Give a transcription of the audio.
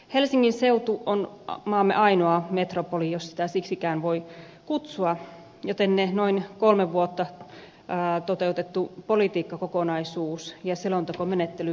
helsingin seutu on maamme ainoa metropoli jos sitäkään siksi voi kutsua joten noin kolmen vuoden aikana toteutettu politiikkakokonaisuus ja selontekomenettely puoltavat paikkansa